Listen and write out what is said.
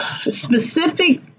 specific